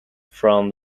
from